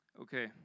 Okay